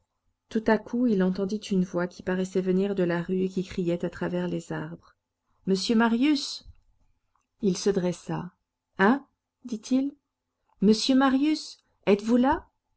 tout à coup il entendit une voix qui paraissait venir de la rue et qui criait à travers les arbres monsieur marius il se dressa hein dit-il monsieur marius êtes-vous là